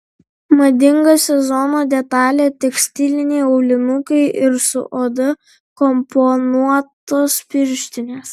madinga sezono detalė tekstiliniai aulinukai ir su oda komponuotos pirštinės